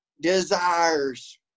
desires